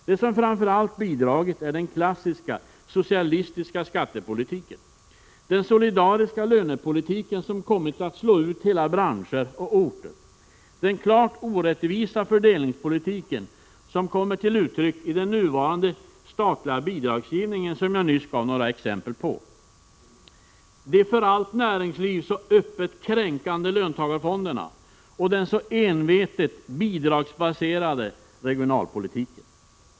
Det som framför allt bidragit är den klassiska socialistiska skattepolitiken, den solidariska lönepolitiken som kommit att slå ut hela branscher och orter, den klart orättvisa fördelningspolitik som kommer till uttryck i den nuvarande statliga bidragsgivningen, som jag nyss gav några exempel på, de för allt näringsliv så öppet kränkande löntagarfonderna och den så envetet bidragsbaserade regionalpolitiken.